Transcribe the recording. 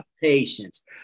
patience